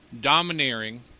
domineering